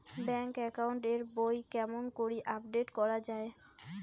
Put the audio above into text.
Bank account এর বই কেমন করি আপডেট করা য়ায়?